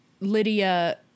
Lydia